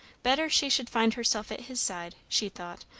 better she should find herself at his side, she thought,